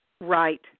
Right